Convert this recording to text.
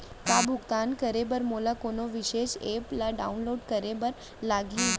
का भुगतान करे बर मोला कोनो विशेष एप ला डाऊनलोड करे बर लागही